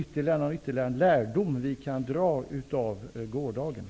Kan vi dra någon ytterligare lärdom av gårdagens händelser?